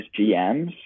GMs